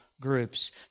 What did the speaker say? groups